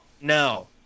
No